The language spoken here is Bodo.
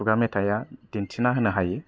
खुगा मेथाइया दिन्थिना होनो हायो